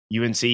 UNC